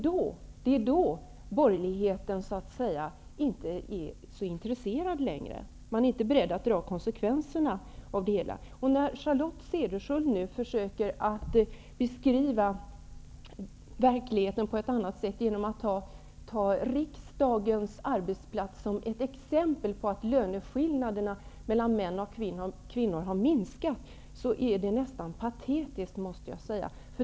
Det är då borgerligheten inte är så intresserad längre. Man är inte beredd att ta konsekvenserna av det hela. När Charlotte Cederschiöld nu försöker beskriva verkligheten på ett annat sätt genom att ta riksdagens arbetsplats som exempel på att löneskillnaderna mellan män och kvinnor har minskat är det nästan patetiskt.